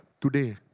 today